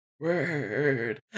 word